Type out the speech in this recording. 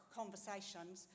conversations